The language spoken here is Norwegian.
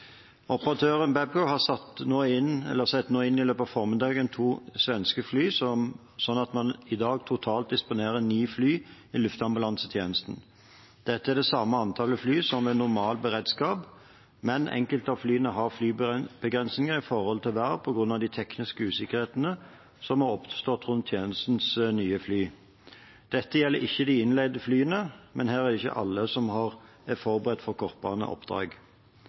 Operatøren Babcock setter nå i løpet av formiddagen inn to svenske fly, sånn at man i dag totalt disponerer ni fly i luftambulansetjenesten. Dette er det samme antallet fly som ved normal beredskap, men enkelte av flyene har flybegrensninger når det gjelder vær, på grunn av de tekniske usikkerhetene som har oppstått rundt tjenestens nye fly. Dette gjelder ikke de innleide flyene, men her er det ikke alle som er forberedt for